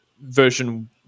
version